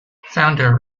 founder